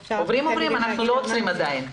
אנחנו לא עוצרים.